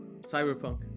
Cyberpunk